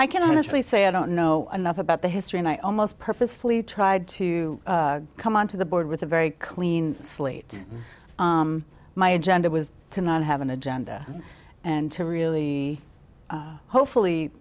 i can honestly say i don't know enough about the history and i almost purposefully tried to come onto the board with a very clean slate my agenda was to not have an agenda and to really hopefully